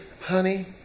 honey